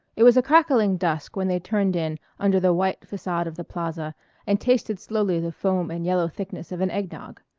it was a crackling dusk when they turned in under the white facade of the plaza and tasted slowly the foam and yellow thickness of an egg-nog.